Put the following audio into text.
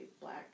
black